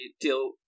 deal